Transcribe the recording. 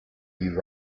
you